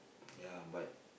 ya but